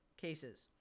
cases